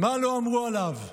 מה לא אמרו עליו.